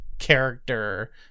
character